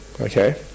Okay